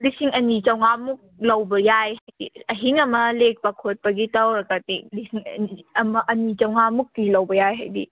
ꯂꯤꯁꯤꯡ ꯑꯅꯤ ꯆꯥꯝꯃꯉꯥꯃꯨꯛ ꯂꯧꯕ ꯌꯥꯏ ꯍꯥꯏꯗꯤ ꯑꯍꯤꯡ ꯑꯃ ꯂꯦꯛꯄ ꯈꯣꯠꯄꯒꯤ ꯇꯧꯔꯒꯗꯤ ꯂꯤꯁꯤꯡ ꯑꯅꯤ ꯑꯃ ꯑꯅꯤ ꯆꯥꯝꯃꯉꯥꯃꯨꯛꯇꯤ ꯂꯧꯕ ꯌꯥꯏ ꯍꯥꯏꯗꯤ